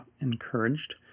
encouraged